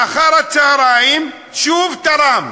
ואחר הצהריים: שוב תרם.